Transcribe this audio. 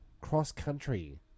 cross-country